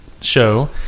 show